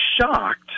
shocked